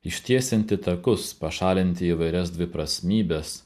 ištiesinti takus pašalinti įvairias dviprasmybes